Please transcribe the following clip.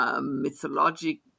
mythologic